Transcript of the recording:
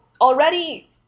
already